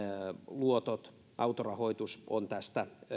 luotot autorahoitus on tästä